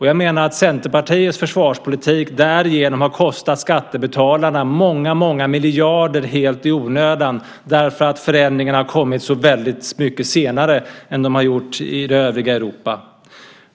Jag menar att Centerpartiets försvarspolitik därigenom har kostat skattebetalarna många miljarder helt i onödan därför att förändringarna har kommit så väldigt mycket senare än vad de gjort i det övriga Europa.